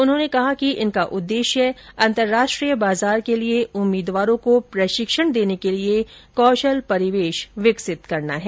उन्होंने कहा कि इनका उद्देश्य अतंर्राष्ट्रीय बाजार के लिए उम्मीदवारों को प्रशिक्षण देने के लिए कौशल परिवेश विकसित करना है